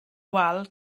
wal